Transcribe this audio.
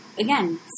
again